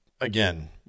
again